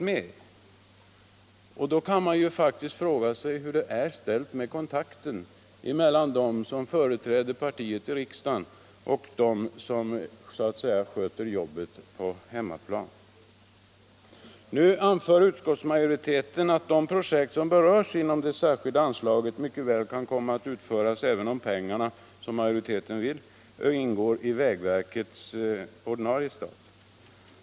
Man kan då fråga sig hur det är ställt med kontakterna mellan dem som företräder partiet i riksdagen och dem som sköter jobbet så att säga på hemmaplan. Utskottsmajoriteten anför att de projekt som berörs inom det särskilda anslaget mycket väl kan utföras även om pengarna, som majoriteten föreslår, ingår i vägverkets ordinarie stat.